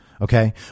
okay